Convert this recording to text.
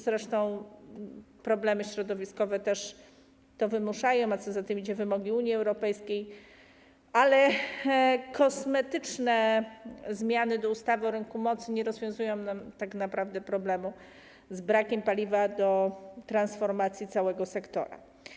Zresztą problemy środowiskowe też to wymuszają, a co za tym idzie, wymogi Unii Europejskiej, ale kosmetyczne zmiany ustawy o rynku mocy tak naprawdę nie rozwiązują problemu z brakiem paliwa do transformacji całego sektora.